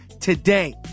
today